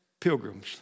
Pilgrims